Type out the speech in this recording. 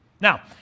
Now